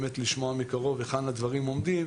באמת לשמוע מקרוב היכן הדברים עומדים,